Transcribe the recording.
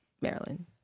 Maryland